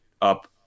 up